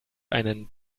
einen